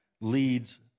leads